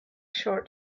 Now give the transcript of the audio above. short